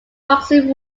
boxing